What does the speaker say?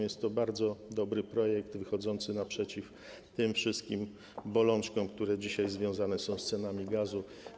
Jest to bardzo dobry projekt wychodzący naprzeciw tym wszystkim bolączkom, które dzisiaj związane są z cenami gazu.